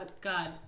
God